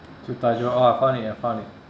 oh I found it I found it